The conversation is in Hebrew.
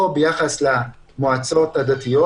או ביחס למועצות הדתיות,